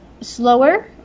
slower